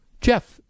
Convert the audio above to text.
Jeff